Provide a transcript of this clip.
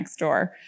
Nextdoor